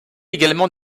également